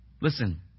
Listen